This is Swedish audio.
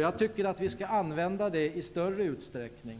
Jag tycker att vi skall använda denna möjlighet i större utsträckning